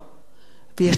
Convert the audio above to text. ויש לזה מחירים.